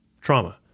trauma